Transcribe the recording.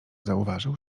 zauważył